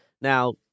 now